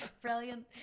Brilliant